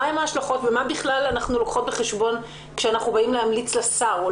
מה ההשלכות ומה נלקח בחשבון כשבאים להמליץ לשר.